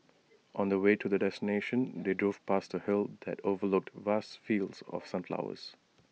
on the way to their destination they drove past A hill that overlooked vast fields of sunflowers